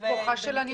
כוחה של הניו מדיה.